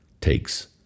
takes